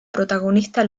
protagonista